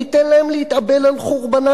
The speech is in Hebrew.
ניתן להם להתאבל על חורבנם.